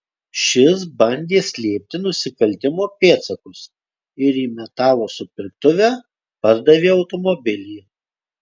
šis bandė slėpti nusikaltimo pėdsakus ir į metalo supirktuvę pardavė automobilį